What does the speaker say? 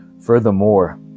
Furthermore